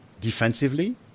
defensively